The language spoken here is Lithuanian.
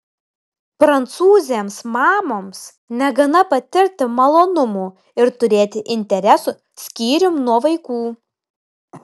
prancūzėms mamoms negana patirti malonumų ir turėti interesų skyrium nuo vaikų